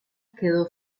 quedó